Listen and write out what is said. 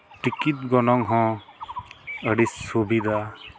ticket ᱜᱚᱱᱚᱝ ᱦᱚᱸ ᱟᱹᱰᱤ ᱥᱩᱵᱤᱫᱟ